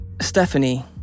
Stephanie